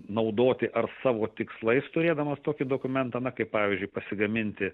naudoti ar savo tikslais turėdamas tokį dokumentąna kaip pavyzdžiui pasigaminti